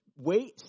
wait